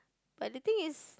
but the thing is